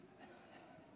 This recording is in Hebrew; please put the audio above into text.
היום השרה מיכאלי בדבריה,